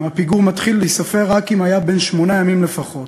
2. הפיגור מתחיל להיספר רק אם היה בן שמונה ימים לפחות.